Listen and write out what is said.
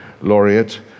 laureate